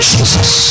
Jesus